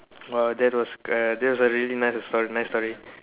!wow! that was uh that's really a nice a story nice story